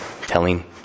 telling